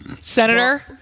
Senator